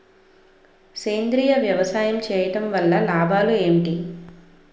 సేంద్రీయ వ్యవసాయం చేయటం వల్ల లాభాలు ఏంటి?